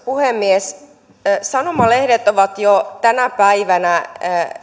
puhemies sanomalehdet ovat jo tänä päivänä